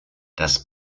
das